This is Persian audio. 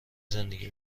زندگی